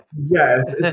yes